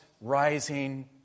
rising